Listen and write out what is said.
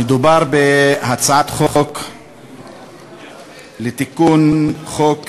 מדובר בהצעת חוק לתיקון חוק